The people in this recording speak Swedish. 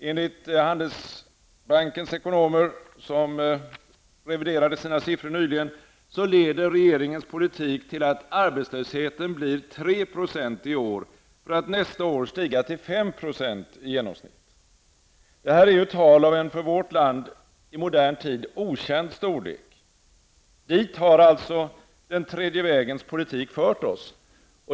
Enligt Handelsbankens ekonomer som reviderade sina siffror nyligen leder regeringens politik till att arbetslösheten blir 3 % i år för att nästa år stiga till 5 % i genomsnitt. Det är tal av en för vårt land i modern tid okänd storlek, och dit har alltså den tredje vägens politik fört oss.